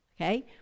okay